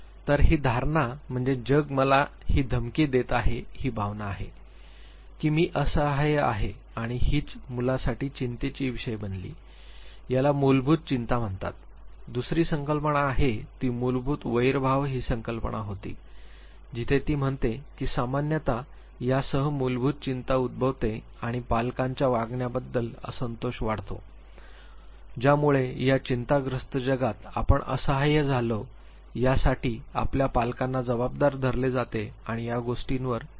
तर ही धारणा म्हणजे जग मला ही धमकी देत आहे ही भावना आहे की मी असहाय्य आहे आणि हीच मुलासाठी चिंतेचा विषय बनली याला मूलभूत चिंता म्हणतात दुसरी संकल्पना आहे ती मूलभूत वैर भाव ही संकल्पना होती जिथे ती म्हणते की सामान्यत यासह मूलभूत चिंता उद्भवते आणि पालकांच्या वागण्याबद्दल असंतोष वाढतो ज्यामुळे या चिंताग्रस्त जगात आपण असहाय्य झालो यासाठी आपल्या पालकांना जबाबदार धरले जाते आणि या गोष्टीवर पालकांबद्दल नाराजी बाळगली जाते